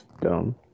Dumb